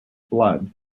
blood